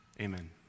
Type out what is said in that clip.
Amen